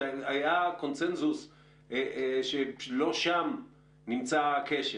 היה קונצנזוס שלא שם נמצא הכשל.